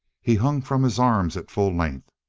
he hung from his arms at full length.